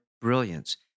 brilliance